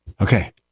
Okay